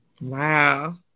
Wow